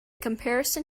comparison